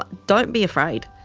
but don't be afraid,